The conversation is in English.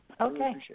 Okay